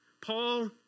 Paul